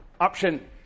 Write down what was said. option